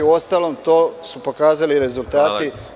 Uostalom, to su pokazali rezultati.